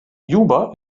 juba